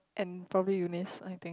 and probably Eunice I think